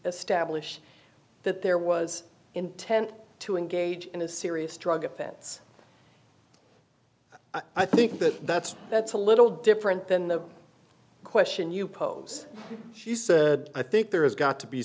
establish that there was intent to engage in a serious drug offense i think that that's that's a little different than the question you pose she said i think there has got to be